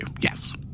yes